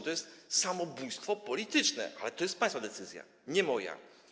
To jest samobójstwo polityczne, ale to jest państwa decyzja, nie moja.